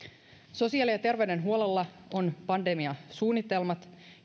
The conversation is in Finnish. sosiaali ja terveydenhuollolla on pandemiasuunnitelmat